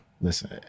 Listen